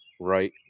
right